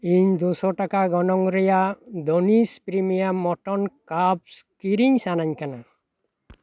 ᱤᱧ ᱫᱩᱥᱚ ᱴᱟᱠᱟ ᱜᱚᱱᱚᱝ ᱨᱮᱭᱟᱜ ᱫᱷᱚᱱᱤᱥ ᱯᱨᱤᱢᱤᱭᱟᱢ ᱢᱚᱴᱚᱱᱥ ᱠᱟᱵᱽᱥ ᱠᱤᱨᱤᱧ ᱥᱟᱱᱟᱹᱧ ᱠᱟᱱᱟ